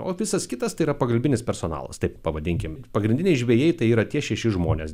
o visas kitas tai yra pagalbinis personalas taip pavadinkim pagrindiniai žvejai tai yra tie šeši žmonės